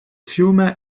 fiume